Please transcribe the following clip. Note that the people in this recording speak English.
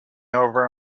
over